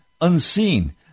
unseen